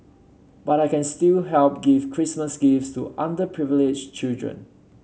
but I can still help give Christmas gifts to underprivileged children